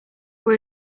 were